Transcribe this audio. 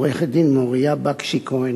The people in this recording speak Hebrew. עורכת-דין מוריה בקשי-כהן,